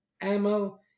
ammo